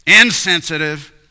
insensitive